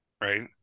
Right